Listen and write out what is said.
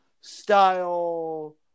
style